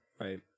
Right